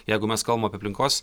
jeigu mes kalbam apie aplinkos